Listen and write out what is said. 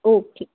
okay